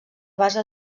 base